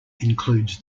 includes